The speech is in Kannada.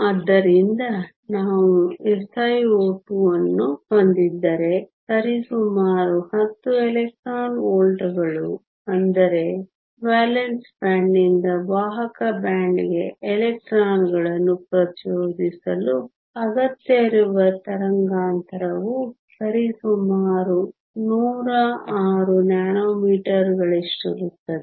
ಆದ್ದರಿಂದ ನಾವು SiO2 ಹೊಂದಿದ್ದರೆ ಸರಿಸುಮಾರು 10 ಎಲೆಕ್ಟ್ರಾನ್ ವೋಲ್ಟ್ಗಳು ಅಂದರೆ ವೇಲೆನ್ಸಿ ಬ್ಯಾಂಡ್ನಿಂದ ವಾಹಕ ಬ್ಯಾಂಡ್ಗೆ ಎಲೆಕ್ಟ್ರಾನ್ಗಳನ್ನು ಪ್ರಚೋದಿಸಲು ಅಗತ್ಯವಿರುವ ತರಂಗಾಂತರವು ಸರಿಸುಮಾರು 106 ನ್ಯಾನೋಮೀಟರ್ಗಳಷ್ಟಿರುತ್ತದೆ